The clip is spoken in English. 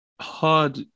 hard